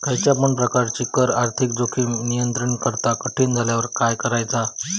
खयच्या पण प्रकारची कर आर्थिक जोखीम नियंत्रित करणा कठीण झाल्यावर काय करायचा?